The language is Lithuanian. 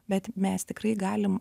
bet mes tikrai galim